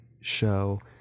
show